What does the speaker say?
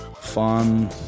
fun